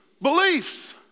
beliefs